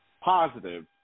positive